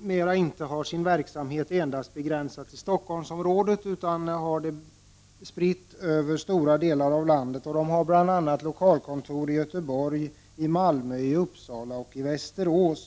vars verksamhet inte är begränsad endast till Stockholm, utan verksamheten är spridd över stora delar av landet. Organisationen har lokalkontor i bl.a. Göteborg, Malmö, Uppsala och Västerås.